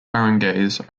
barangays